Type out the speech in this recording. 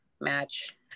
match